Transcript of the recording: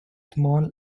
small